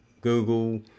google